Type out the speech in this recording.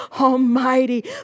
Almighty